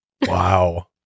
Wow